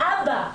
האבא,